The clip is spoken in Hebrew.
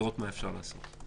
לראות מה ניתן לעשות.